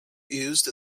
used